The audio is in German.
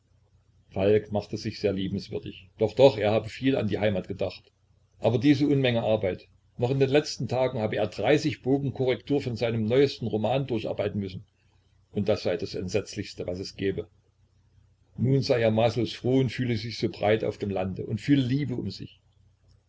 falk machte sich sehr liebenswürdig doch doch er habe sehr viel an die heimat gedacht aber diese unmenge arbeit noch in den letzten tagen habe er bogen korrektur von seinem neuesten roman durcharbeiten müssen und das sei das entsetzlichste was es gebe nun sei er maßlos froh und fühle sich so breit auf dem lande und fühle liebe um sich